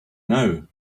now